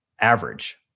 average